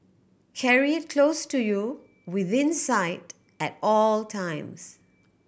carry it close to you within sight at all times